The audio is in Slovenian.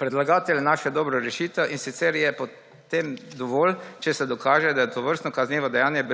Predlagatelj je našel dobro rešitev, in sicer je po tem dovolj, če se dokaže, da je bilo tovrstno kaznivo dejanje